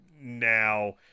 now